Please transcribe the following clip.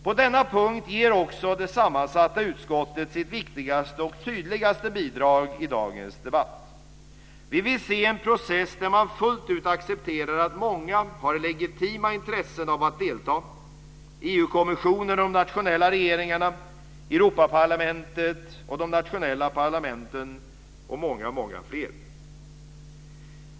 På denna punkt ger också det sammansatta utskottet sitt viktigaste och tydligaste bidrag i dagens debatt: Vi vill se en process där man fullt ut accepterar att många har legitima intressen av att delta - EU kommissionen och de nationella regeringarna, Europaparlamentet och de nationella parlamenten samt många många fler.